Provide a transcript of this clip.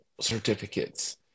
certificates